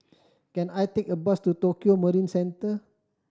can I take a bus to Tokio Marine Centre